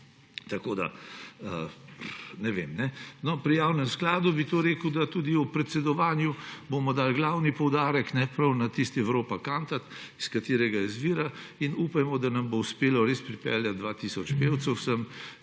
Pri javnem skladu bi rekel, da bomo tudi v predsedovanju dali glavni poudarek prav na tisti Europa Cantat, iz katerega izvira, in upajmo, da nam bo uspelo res pripeljati 2 tisoč pevcev sem